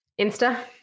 Insta